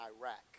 Iraq